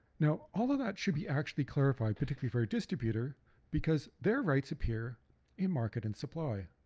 now all of that should be actually clarified, particularly for a distributor because their rights appear in market and supply,